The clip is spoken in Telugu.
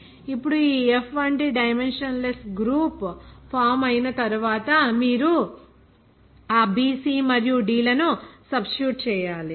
ఇప్పుడు ఈ F వంటి డైమెన్షన్ లెస్ గ్రూప్ ఫామ్ ఐన తరువాత మీరు ఆ b c మరియు d లను సబ్స్టిట్యూట్ చేయాలి